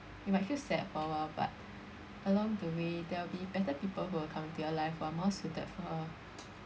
you might feel sad for a while but along the way there will be better people who will come into your life who are more suited for